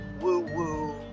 woo-woo